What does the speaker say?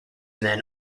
men